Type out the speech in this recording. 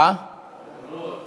על העגונות.